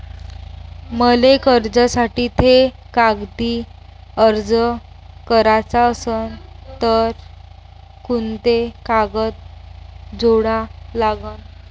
मले कर्जासाठी थे कागदी अर्ज कराचा असन तर कुंते कागद जोडा लागन?